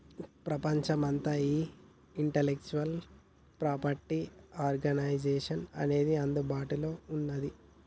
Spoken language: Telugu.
ప్రపంచమంతా ఈ ఇంటలెక్చువల్ ప్రాపర్టీ ఆర్గనైజేషన్ అనేది అందుబాటులో ఉన్నది